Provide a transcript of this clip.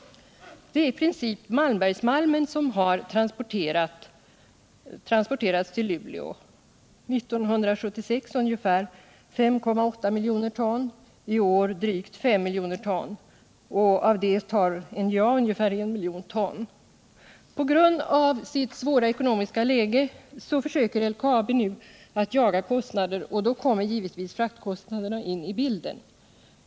Det är i princip Malmbergsmalmen som har transporterats till Luleå - 1976 ungefär 5,8 miljoner ton, i år drygt 5 miljoner ton. Därav tar NJA ungefär I miljon ton. På grund av sitt svåra ekonomiska läge försöker LKAB nu jaga kostnader. Då kommer givetvis fraktkostnaderna in i bilden.